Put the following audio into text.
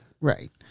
Right